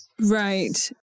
Right